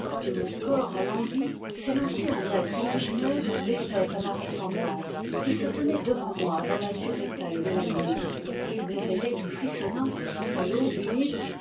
de mon corps alangui s'élancer un être imaginaire et fait à ma ressemblance qui se tenait devant moi dans l'azur épais de la nuit je m'éveillais tout frissonnant à l'aube humide